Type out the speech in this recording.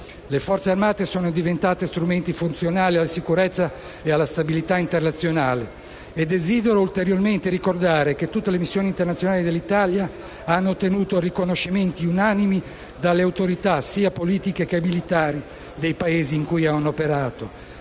Le Forze armate sono diventate strumenti funzionali alla sicurezza ed alla stabilità internazionale e desidero ulteriormente ricordare che tutte le missioni internazionali dell'Italia hanno ottenuto riconoscimenti unanimi dalle autorità sia politiche che militari dei Paesi in cui hanno operato